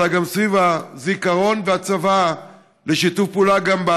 אלא גם סביב הזיכרון והצוואה לשיתוף פעולה גם,